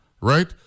right